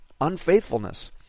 unfaithfulness